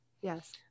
Yes